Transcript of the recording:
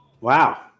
Wow